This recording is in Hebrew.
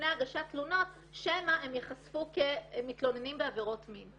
הגשת תלונות שמא הם ייחשפו כמתלוננים בעבירות מין.